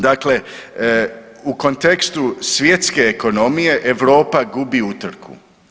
Dakle, u kontekstu svjetske ekonomije Europa gubi utrku.